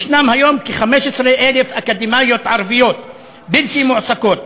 יש היום כ-15,000 אקדמאיות ערביות בלתי מועסקות,